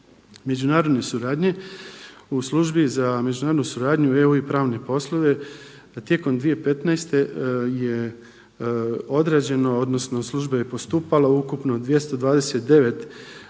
međunarodne suradnje u Službi za međunarodnu suradnju EU i pravne poslove tijekom 2015. je odrađeno odnosno služba je postupala ukupno u